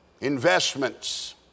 Investments